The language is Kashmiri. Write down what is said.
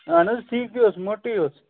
اہَن حَظ ٹھیٖکھے اوس مۄٹٕے اوس